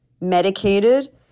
medicated